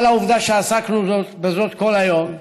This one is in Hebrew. בגלל העובדה שעסקנו בזאת כל היום,